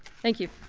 thank you.